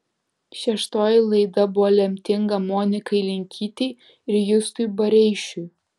šeštoji laida buvo lemtinga monikai linkytei ir justui bareišiui